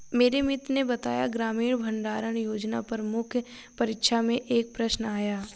मेरे मित्र ने बताया ग्रामीण भंडारण योजना पर मुख्य परीक्षा में एक प्रश्न आया